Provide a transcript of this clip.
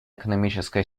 экономическая